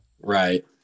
right